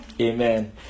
Amen